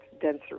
denser